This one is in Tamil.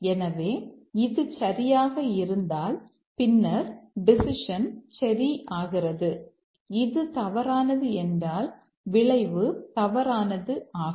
எனவே இது சரியாக இருந்தால் பின்னர் டெசிஷன் சரி ஆகிறது இது தவறானது என்றால் விளைவு தவறானது ஆகும்